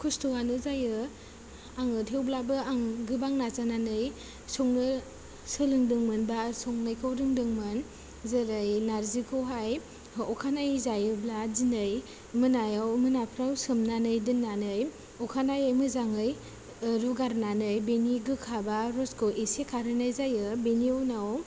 खस्थ'वानो जायो आङो थेवब्लाबो आं गोबां नाजानानै संनो सोलोंदोंमोन बा संनायखौ रोंदोंमोन जेरै नारजिखौहाय अखानायै जायोब्ला दिनै मोनायाव मोनाफ्राव सोमनानै दोननानै अखानायै मोजाङै रुगारनानै बेनि गोखा बा रसखौ इसे खारहोनाय जायो बेनि उनाव